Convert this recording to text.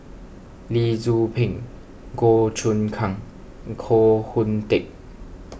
Lee Tzu Pheng Goh Choon Kang and Koh Hoon Teck